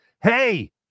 Hey